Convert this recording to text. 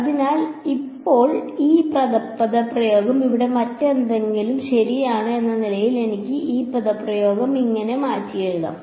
അതിനാൽ ഇപ്പോൾ ഈ പദപ്രയോഗം ഇവിടെ മറ്റെന്തെങ്കിലും ശരിയാണ് എന്ന നിലയിൽ എനിക്ക് ഈ പദപ്രയോഗം മാറ്റിയെഴുതാം